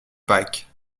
pâques